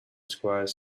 acquire